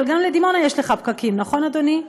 אבל גם לדימונה יש לך פקקים, נכון, אדוני?